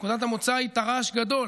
נקודת המוצא היא תר"ש גדול,